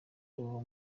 uwo